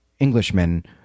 Englishmen